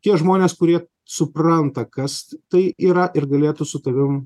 tie žmonės kurie supranta kas tai yra ir galėtų su tavim